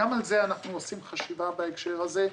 גם על זה אנחנו עושים חשיבה בהקשר הזה.